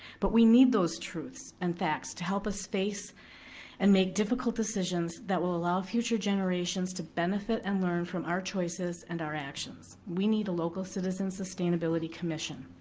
but we need those truths and facts to help us face and make difficult decisions that will allow future generations to benefit and learn from our choices and our actions. we need a local citizen sustainability commission.